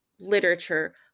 literature